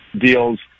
deals